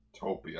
Topia